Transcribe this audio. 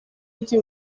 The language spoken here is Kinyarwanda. ibyo